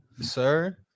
sir